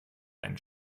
ein